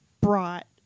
brought